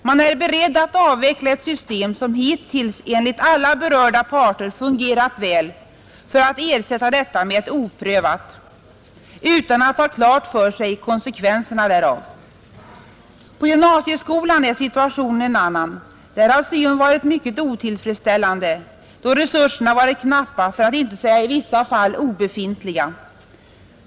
Man är beredd att avveckla ett system, som hittills enligt alla berörda parter fungerat väl, för att ersätta detta med ett oprövat system utan att ha klart för sig vilka konsekvenserna blir därav. På gymnasieskolan är situationen en annan. Där har syo varit mycket otillfredsställande, då resurserna varit knappa för att inte säga i vissa fall obefintliga.